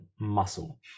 muscle